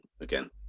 again